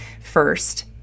first